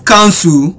Council